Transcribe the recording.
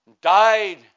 Died